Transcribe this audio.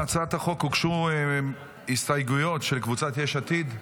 להצעת החוק הוגשו הסתייגויות של קבוצת יש עתיד.